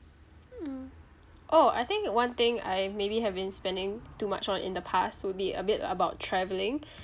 mm orh I think one thing I maybe have been spending too much on in the past would be a bit about travelling